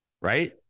Right